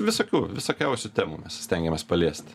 visokių visokiausių temų mes stengiamės paliest